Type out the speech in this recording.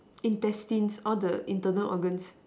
intestines all the internal organs